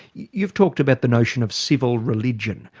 you've talked about the notion of civil religion.